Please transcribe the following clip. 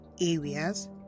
areas